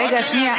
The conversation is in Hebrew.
שנייה.